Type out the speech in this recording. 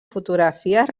fotografies